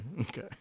Okay